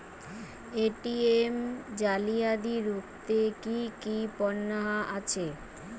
ATM জালিয়াতি রুখতে কি কি পন্থা আছে?